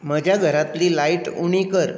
म्हज्या घरांतली लायट उणी कर